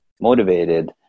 motivated